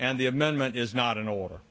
and the amendment is not in order